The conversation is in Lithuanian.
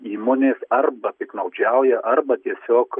įmonės arba piktnaudžiauja arba tiesiog